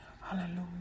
Hallelujah